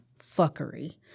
fuckery